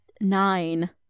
Nine